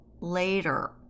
later